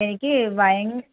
എനിക്ക് ഭയങ്കര